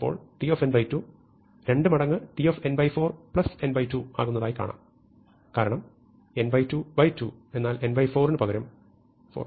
അപ്പോൾ tn2 2 മടങ്ങ് tn4 n2 ആകുന്നതായി കാണാം കാരണം n2 2 എന്നാൽ n4 n ന് പകരം n2 ആകുന്നു